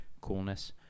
coolness